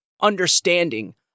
understanding